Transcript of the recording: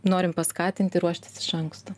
norim paskatinti ruoštis iš anksto